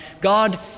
God